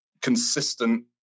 consistent